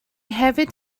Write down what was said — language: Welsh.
hefyd